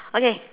okay